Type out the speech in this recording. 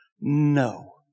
No